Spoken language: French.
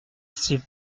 sais